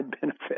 benefit